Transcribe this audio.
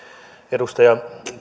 edustaja